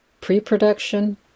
pre-production